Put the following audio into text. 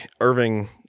Irving